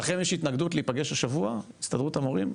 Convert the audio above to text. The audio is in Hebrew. לכם יש התנגדות להיפגש השבוע, הסתדרות המורים?